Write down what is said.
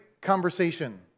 conversation